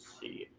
see